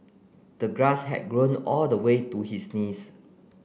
the grass had grown all the way to his knees